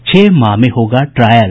छह माह में होगा ट्रायल